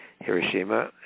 Hiroshima